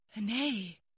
Nay